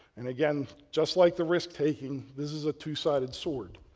and again, just like the risk taking, this is a two-sided sword.